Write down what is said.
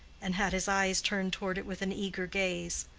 and had his eyes turned toward it with an eager gaze.